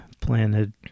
planted